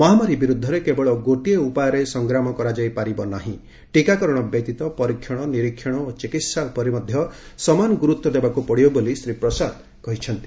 ମହାମାରୀ ବିରୁଦ୍ଧରେ କେବଳ ଗୋଟିଏ ଉପାୟରେ ସଂଗ୍ରାମ କରାଯାଇପାରିବ ନାହିଁ ଟିକାକରଣ ବ୍ୟତୀତ ପରୀକ୍ଷଣ ନିରୀକ୍ଷଣ ଓ ଚିକିତ୍ସା ଉପରେ ମଧ୍ୟ ସମାନଗୁରୁତ୍ୱ ଦେବାକୁ ପଡିବ ବୋଲି ଶ୍ରୀ ପ୍ରସାଦ କହିଛନ୍ତି